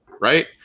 right